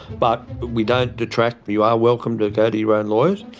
but we don't detract you are welcome to go to your own lawyers.